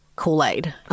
Kool-Aid